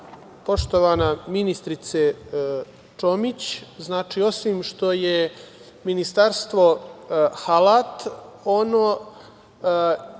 poštovana ministarko Čomić. Znači, osim što je ministarstvo alat, ono